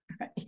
Right